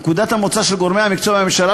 נקודת המוצא של גורמי המקצוע בממשלה,